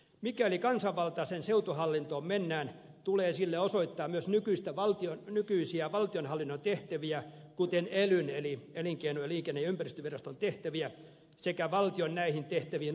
mikäli kansanvaltaiseen seutuhallintoon mennään tulee sille osoittaa myös nykyisiä valtionhallinnon tehtäviä kuten elyn eli elinkeino liikenne ja ympäristöviraston tehtäviä sekä valtion näihin tehtäviin osoittama rahoitus